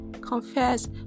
Confess